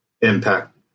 impact